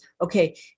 okay